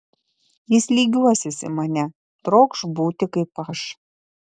jis lygiuosis į mane trokš būti kaip aš